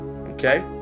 Okay